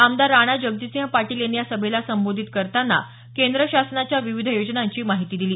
आमदार राणा जगजितसिंह पाटील यांनी या सभेला संबोधित करताना केंद्र शासनाच्या विविध योजनांची माहिती दिली